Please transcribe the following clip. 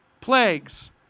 plagues